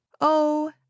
Oh